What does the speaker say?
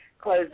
close